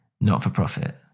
not-for-profit